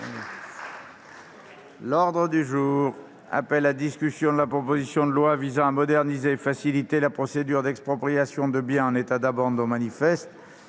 Social Européen, la discussion de la proposition de loi visant à moderniser et faciliter la procédure d'expropriation de biens en état d'abandon manifeste,